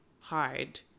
hard